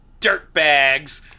dirtbags